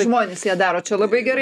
žmonės jie daro čia labai gerai